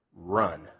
Run